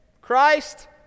Christ